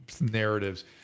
narratives